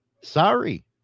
Sorry